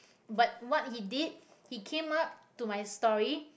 but what he did he came up to my story